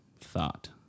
thought